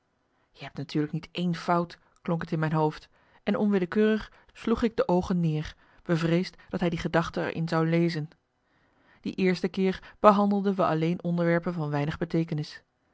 jij hebt natuurlijk niet één fout klonk het in mijn hoofd en onwillekeurig sloeg ik de oogen neer bevreesd dat hij die gedachte er in zou lezen die eerste keer behandelde we alleen onderwerpen van weinig beteekenis